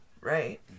right